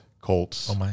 Colts